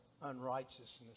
Unrighteousness